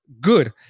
good